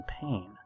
pain